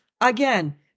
Again